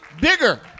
bigger